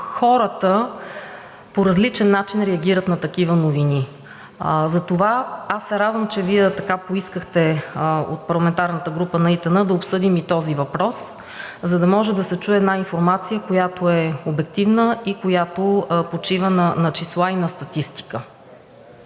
Хората по различен начин реагират на такива новини. Затова аз се радвам, че Вие – от парламентарната група на ИТН, поискахте да обсъдим и този въпрос, за да може да се чуе една информация, която е обективна и която почива на числа и на статистика.